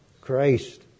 Christ